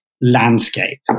landscape